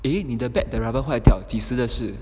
eh 你的 bat the rubber 坏掉几时的事